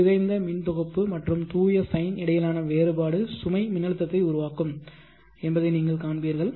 சிதைந்த மின்தொகுப்பு மற்றும் தூய சைன் இடையிலான வேறுபாடு சுமை மின்னழுத்தத்தை உருவாக்கும் என்பதை நீங்கள் காண்பீர்கள்